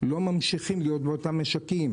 לא ממשיכים באותם משקים,